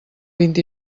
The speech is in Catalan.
vint